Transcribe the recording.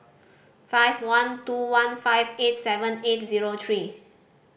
five one two one five eight seven eight zero three